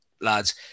lads